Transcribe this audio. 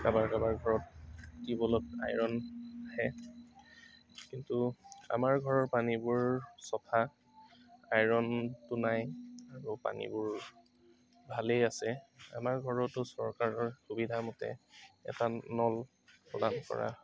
কাবাৰ কাবাৰ ঘৰত টিউবৱেলত আইৰণ আহে কিন্তু আমাৰ ঘৰৰ পানীবোৰ চফা আইৰণটো নাই আৰু পানীবোৰ ভালেই আছে আমাৰ ঘৰতো চৰকাৰৰ সুবিধা মতে এটা নল প্ৰদান কৰা